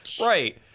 right